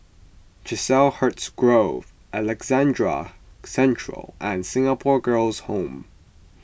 Chiselhurst Grove Alexandra Central and Singapore Girls' Home